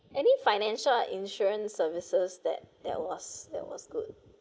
any financial insurance services that that was that was good